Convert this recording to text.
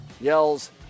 yells